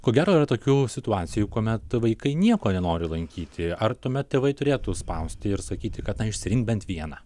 ko gero yra tokių situacijų kuomet vaikai nieko nenori lankyti ar tuomet tėvai turėtų spausti ir sakyti kad na išsirink bent vieną